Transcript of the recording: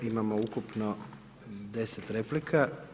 Imamo ukupno 10 replika.